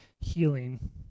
healing